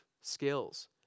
skills